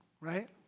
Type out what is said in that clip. right